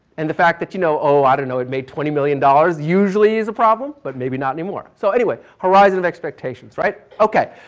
and the fact that you know i don't know it made twenty million dollars usually is a problem, but maybe not anymore, so anyway, horizon of expectations, right, okay.